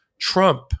Trump